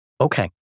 Okay